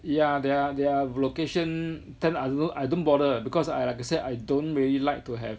yeah their their location then I don't I don't bother because I like I said I don't really like to have